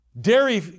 Dairy